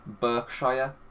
Berkshire